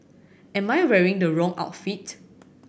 am I wearing the wrong outfit